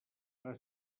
fra